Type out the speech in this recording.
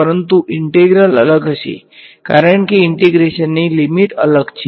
પરંતુ ઈંટેગ્રલ અલગ હશે કારણ કે ઈંટેગ્રેશનની લીમીટ અલગ છે